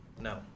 No